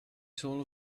soul